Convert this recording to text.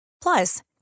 Plus